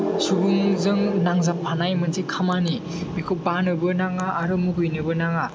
सुबुंजों नांजाबफानाय मोनसे खामानि बेखौ बानोबो नाङा आर मुगैनोबो नाङा